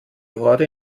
horde